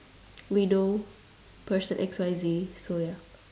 we know person X Y Z so ya